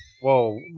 Whoa